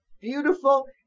beautiful